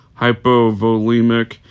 hypovolemic